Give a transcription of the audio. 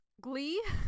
Glee